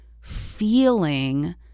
feeling